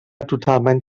totalment